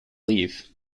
leave